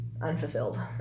Unfulfilled